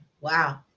Wow